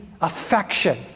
affection